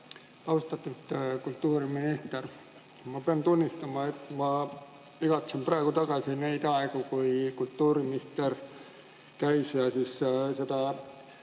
austatud kultuuriminister! Ma pean tunnistama, et ma igatsen praegu tagasi neid aegu, kui kultuuriminister käis spordipoliitika